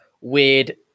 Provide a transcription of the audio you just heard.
weird